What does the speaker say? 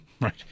Right